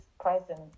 present